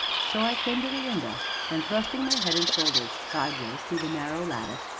so i came to the window, and thrusting my head and shoulders sidewise through the narrow lattice,